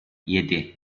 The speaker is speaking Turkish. yedi